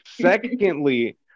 Secondly